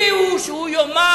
מי הוא שהוא יאמר,